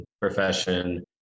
profession